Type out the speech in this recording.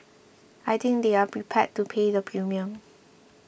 and I think they're prepared to pay the premium